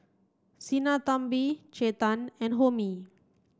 Sinnathamby Chetan and Homi